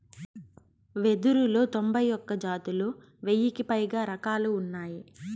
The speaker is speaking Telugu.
వెదురులో తొంభై ఒక్క జాతులు, వెయ్యికి పైగా రకాలు ఉన్నాయి